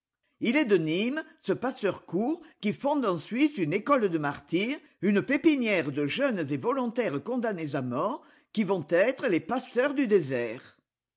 il est de nîmes ce pasteur court qui fonde en suisse une école de martyrs une pépinière de jeunes et volontaires condamnés à mort qui vont être les pasteurs du désert